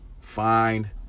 find